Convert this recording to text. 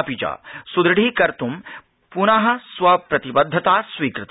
अपि च सुदृढकर्तुं पुनर्स्वप्रतिबद्धता स्वीकृता